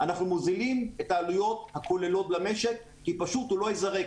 אנחנו מוזילים את העלויות הכוללות למשק כי פשוט הוא לא ייזרק,